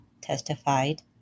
testified